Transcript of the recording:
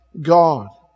God